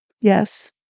Yes